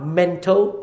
mental